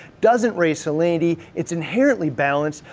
doesn't raise salinity, it's inherently balanced.